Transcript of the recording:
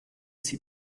sie